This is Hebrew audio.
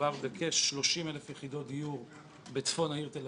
מדובר בכ-30,000 יחידות דיור בצפון העיר תל